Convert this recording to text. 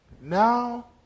Now